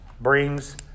brings